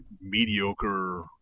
Mediocre